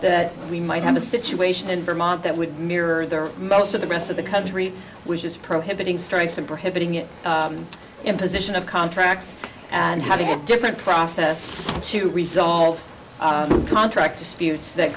that we might have a situation in vermont that would mirror the most of the rest of the country which is prohibiting strikes and prohibiting it imposition of contracts and having a different process to resolve contract disputes that